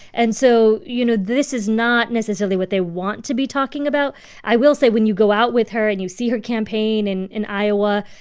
and so, you know, this is not necessarily they want to be talking about i will say when you go out with her and you see her campaign and in iowa,